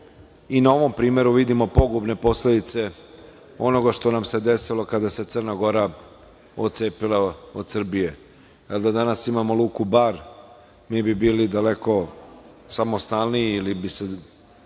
i na ovom primeru vidimo pogubne posledice onoga što nam se desilo kada se Crna Gora otcepila od Srbije, jer da danas imamo luku Bar mi bi bili daleko samostalniji, ili bi se